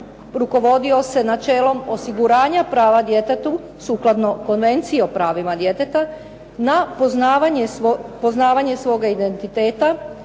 rukovodio se načelom osiguranja prava djetetu, sukladno Konvencije o pravima djeteta, na poznavanje svoga identiteta,